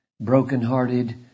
broken-hearted